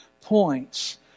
points